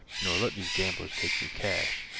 nor let these gamblers take your cash.